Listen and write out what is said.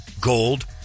gold